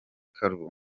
kalou